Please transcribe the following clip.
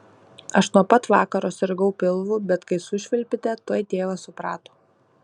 aš nuo pat vakaro sirgau pilvu bet kai sušvilpėte tuoj tėvas suprato